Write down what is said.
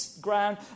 ground